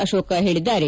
ಅಶೋಕ ಹೇಳಿದ್ದಾರೆ